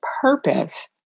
purpose